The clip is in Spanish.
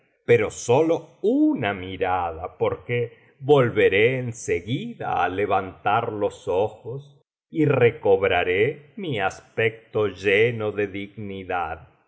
pero sólo una mirada porque volvere en seguida á levantar los ojos y recobraré mi aspecto lleno de dignidad